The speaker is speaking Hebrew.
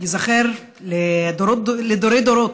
ייזכר לדורי-דורות,